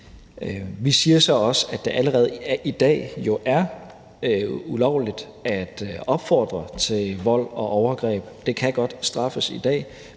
Vi siger så også, at det jo allerede i dag er ulovligt at opfordre til vold og overgreb. Det kan godt straffes i dag.